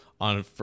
on